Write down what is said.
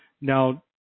Now